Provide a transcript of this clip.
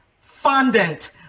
fondant